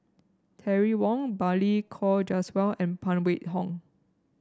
Terry Wong Balli Kaur Jaswal and Phan Wait Hong